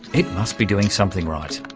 it must be doing something right.